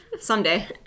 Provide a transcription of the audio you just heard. someday